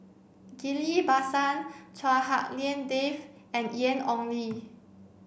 Ghillie Basan Chua Hak Lien Dave and Ian Ong Li